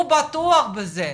הוא בטוח בזה.